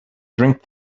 drink